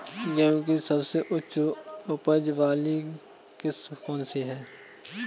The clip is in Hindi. गेहूँ की सबसे उच्च उपज बाली किस्म कौनसी है?